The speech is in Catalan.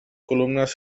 columnes